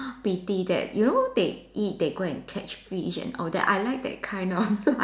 pity that you know they eat they go and catch fish and all that I like that kind of life